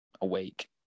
awake